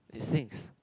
it stinks